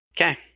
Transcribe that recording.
Okay